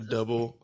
Double